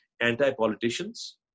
anti-politicians